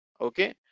okay